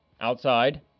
outside